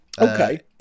Okay